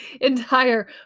entire